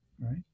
right